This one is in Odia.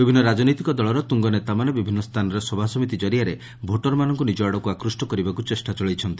ବିଭିନ୍ନ ରାଜନୈତିକ ଦଳର ତୁଙ୍ଗ ନେତାମାନେ ବିଭିନ୍ନ ସ୍ଥାନରେ ସଭାସମିତି ଜରିଆରେ ଭୋଟର୍ମାନଙ୍କୁ ନିଜ ଆଡ଼କୁ ଆକୃଷ୍ଟ କରିବାକୁ ଚେଷ୍ଟା ଚଳାଇଛନ୍ତି